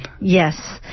Yes